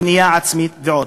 בנייה עצמית ועוד.